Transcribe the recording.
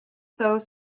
those